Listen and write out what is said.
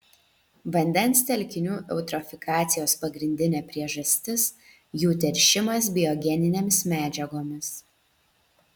vandens telkinių eutrofikacijos pagrindinė priežastis jų teršimas biogeninėmis medžiagomis